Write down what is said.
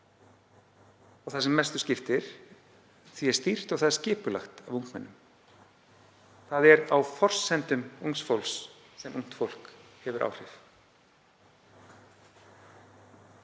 Það sem mestu skiptir er að því er stýrt og það er skipulagt af ungmennum. Það er á forsendum ungs fólks sem ungt fólk hefur áhrif.